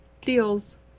deals